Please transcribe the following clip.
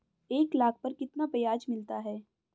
एक लाख पर कितना ब्याज मिलता है?